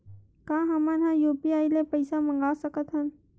का हमन ह यू.पी.आई ले पईसा मंगा सकत हन?